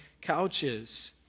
couches